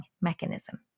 mechanism